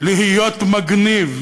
להיות מגניב".